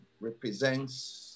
represents